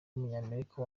w’umunyamerika